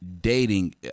dating